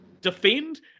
defend